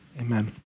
Amen